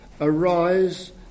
Arise